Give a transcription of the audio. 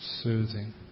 soothing